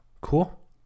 Cool